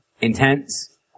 intense